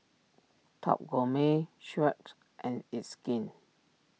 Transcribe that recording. Top Gourmet Schick and It's Skin